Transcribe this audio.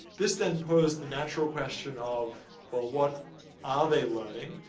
this, then, posed the natural question of well what are they learning?